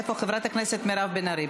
חברת הכנסת בן ארי,